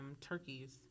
turkeys